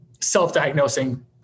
self-diagnosing